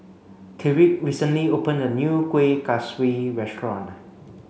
Tyreek recently opened a new Kuih Kaswi restaurant